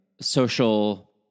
social